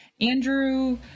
Andrew